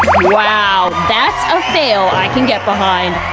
wow! that's a fail i can get behind.